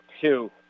two